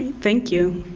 thank you.